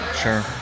sure